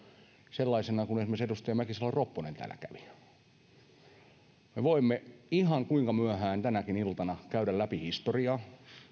sellaisena kuin esimerkiksi edustaja mäkisalo ropponen täällä kävi me voimme ihan kuinka myöhään tahansa tänäkin iltana käydä läpi historiaa